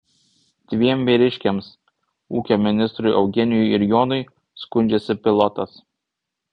dviem vyriškiams ūkio ministrui eugenijui ir jonui skundžiasi pilotas